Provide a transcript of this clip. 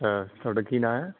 ਹਾਂ ਤੁਹਾਡਾ ਕੀ ਨਾਂ ਹੈ